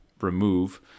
remove